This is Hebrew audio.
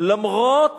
למרות